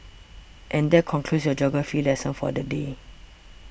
and that concludes your geography lesson for the day